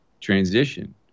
transition